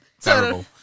terrible